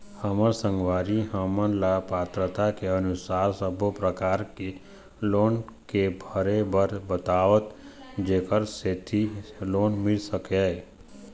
हमर संगवारी हमन ला पात्रता के अनुसार सब्बो प्रकार के लोन के भरे बर बताव जेकर सेंथी लोन मिल सकाए?